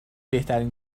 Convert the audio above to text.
بهترین